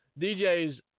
DJ's